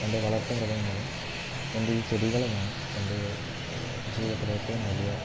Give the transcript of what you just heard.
എൻ്റെ വളർത്തുമൃഗങ്ങളും എൻ്റെ ഈ ചെടികളുമാണ് എൻ്റെ ജീവിതത്തിലേറ്റവും വലിയ